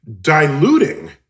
diluting